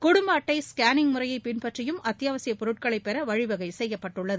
குடும்ப அட்டை ஸ்கேனிங் முறையை பின்பற்றியும் அத்தியாவசிய பொருட்களை பெற வழிவகை செய்யப்பட்டுள்ளது